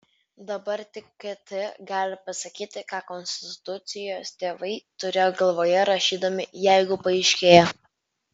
dabar tik kt gali pasakyti ką konstitucijos tėvai turėjo galvoje rašydami jeigu paaiškėja